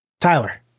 Tyler